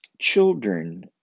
children